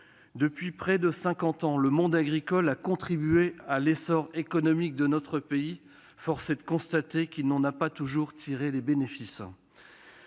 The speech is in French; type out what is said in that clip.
Depuis près de cinquante ans, le monde agricole a contribué à l'essor économique de notre pays. Force est de constater qu'il n'en a pas toujours tiré les bénéfices.